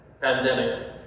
pandemic